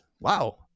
wow